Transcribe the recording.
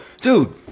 dude